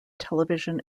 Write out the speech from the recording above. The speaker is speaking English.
television